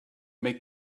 make